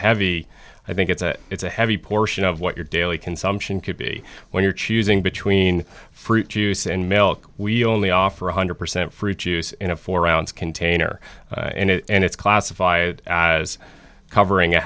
heavy i think it's a it's a heavy portion of what your daily consumption could be when you're choosing between fruit juice and milk we only offer one hundred percent fruit juice in a four ounce container and it's classified as covering a